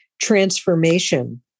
transformation